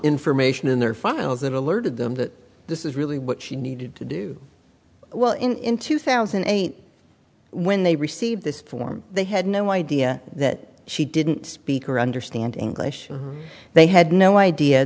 information in their files that alerted them that this is really what she needed to do well in in two thousand and eight when they received this form they had no idea that she didn't speak or understand english they had no idea